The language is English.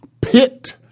pit